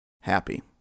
happy